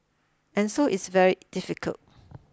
and so it's very difficult